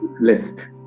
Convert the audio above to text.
list